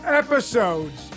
episodes